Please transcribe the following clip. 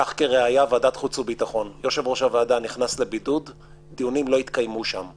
חשבתי שצריך לחוקק אותו מייד ולא להפסיק את השימוש בו.